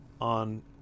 on